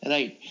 Right